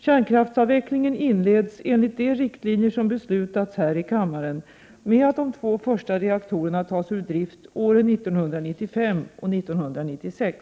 Kärnkraftsavvecklingen inleds enligt de riktlinjer som har beslutats här i kammaren med att de två första reaktorerna tas ur drift åren 1995 och 1996.